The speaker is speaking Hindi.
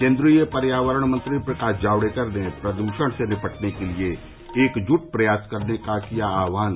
केन्द्रीय पर्यावरण मंत्री प्रकाश जावड़ेकर ने प्रदूषण से निपटने के लिए एकजुट प्रयास करने का किया आह्वान